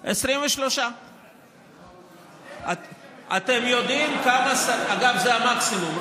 23. אגב, זה המקסימום.